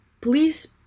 please